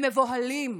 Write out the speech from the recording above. הם מבוהלים.